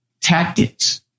tactics